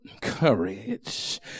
courage